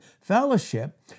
fellowship